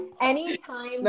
Anytime